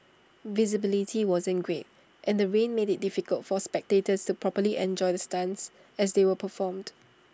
visibility wasn't great and the rain made IT difficult for spectators to properly enjoy the stunts as they were performed